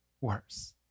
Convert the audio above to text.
worse